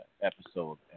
episode